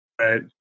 right